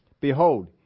Behold